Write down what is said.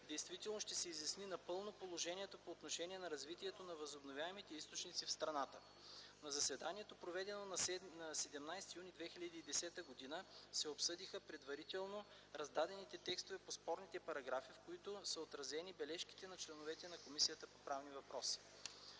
действителност ще се изясни напълно положението по отношение на развитието на възобновяемите източници в страната. На заседанието, проведено на 17 юни 2010 г. се обсъдиха предварително раздадените текстове по спорните параграфи, в които са отразени бележките на членовете на Комисията по правни въпроси.